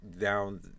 down